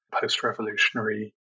post-revolutionary